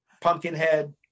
Pumpkinhead